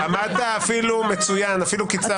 עמדת אפילו מצוין, אפילו קיצרת.